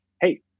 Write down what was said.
hey